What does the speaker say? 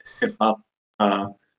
hip-hop